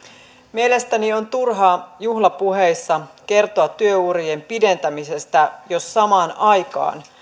mielestäni on turhaa juhlapuheissa kertoa työurien pidentämisestä jos samaan aikaan